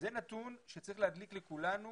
זה נתון שצריך להדליק לכולנו